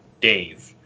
Dave